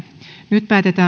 nyt päätetään